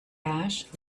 ash